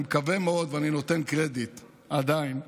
אני מקווה מאוד, ואני נותן קרדיט, עדיין,